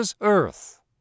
Earth